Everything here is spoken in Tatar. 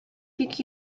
бик